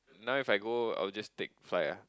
now if I go I will just take flight ah